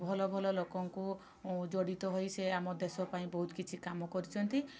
ଭଲଭଲ ଲୋକଙ୍କୁ ଜଡ଼ିତ ହୋଇ ସେ ଆମ ଦେଶ ପାଇଁ ବହୁତ କିଛି କାମ କରିଛନ୍ତି